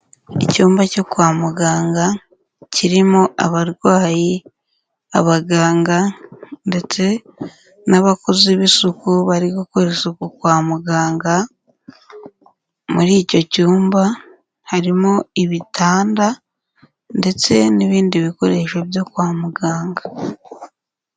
Icyumba cyo kwa muganga, kirimo abarwayi, abaganga ndetse n'abakozi b'isuku bari gukora isuku kwa muganga, muri icyo cyumba harimo ibitanda ndetse n'ibindi bikoresho byo kwa muganga.